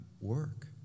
work